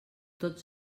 tots